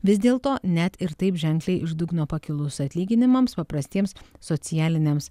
vis dėlto net ir taip ženkliai iš dugno pakilus atlyginimams paprastiems socialiniams